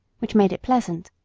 which made it pleasant,